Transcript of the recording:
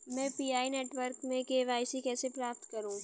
मैं Pi network में KYC कैसे प्राप्त करूँ?